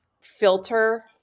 filter